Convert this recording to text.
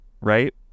right